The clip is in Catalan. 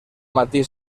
matí